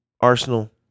Arsenal